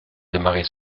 démarrer